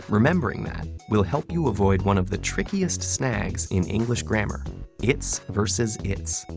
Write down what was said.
remembering that will help you avoid one of the trickiest snags in english grammar its vs. it's.